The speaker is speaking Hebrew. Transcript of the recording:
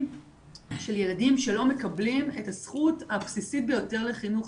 של ילדים שלא מקבלים את הזכות הבסיסית ביותר לחינוך.